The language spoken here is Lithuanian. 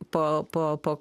po po po